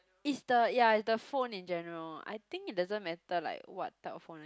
is the ya is the phone in general I think it doesn't matter like what type of phone eh